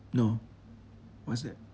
no what's that